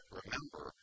remember